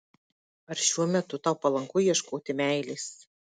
ar šiuo metu tau palanku ieškoti meilės